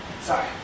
Sorry